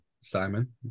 Simon